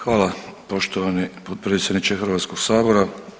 Hvala poštovani potpredsjedniče Hrvatskog sabora.